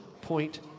point